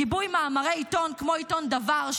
בגיבוי מאמרי עיתון כמו עיתון דבר,